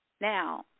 Now